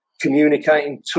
communicating